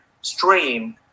stream